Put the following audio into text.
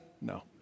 No